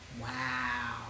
Wow